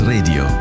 Radio